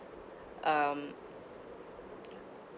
um